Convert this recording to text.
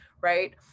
right